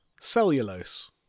Cellulose